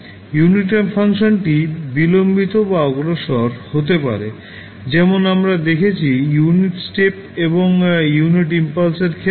unit ramp ফাংশনটি বিলম্বিত বা অগ্রসর হতে পারে যেমন আমরা দেখেছি ইউনিট স্টেপ এবং ইউনিট ইম্পালস এর ক্ষেত্রেও